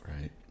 Right